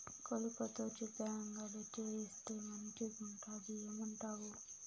కలుపతో చికెన్ అంగడి చేయిస్తే మంచిగుంటది ఏమంటావు